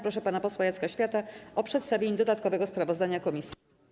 Proszę pana posła Jacka Świata o przedstawienie dodatkowego sprawozdania komisji.